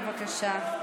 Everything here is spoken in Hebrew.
בבקשה.